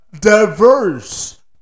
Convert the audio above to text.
diverse